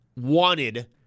wanted